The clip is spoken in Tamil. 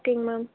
ஓகேங்க மேம்